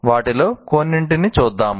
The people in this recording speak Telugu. వాటిలో కొన్నింటిని చూద్దాం